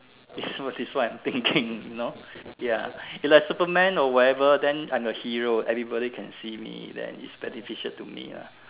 it's it's what I'm thinking you know ya like Superman or whatever then I'm a hero everybody can see me then it's beneficial to me ah